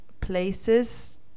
places